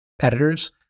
editors